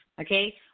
okay